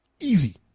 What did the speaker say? Easy